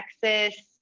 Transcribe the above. Texas